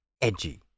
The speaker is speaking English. edgy